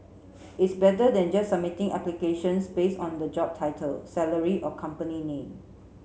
it's better than just submitting applications based on the job title salary or company name